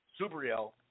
Subriel